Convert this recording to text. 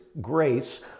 grace